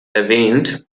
erwähnt